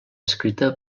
escrita